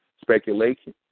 speculation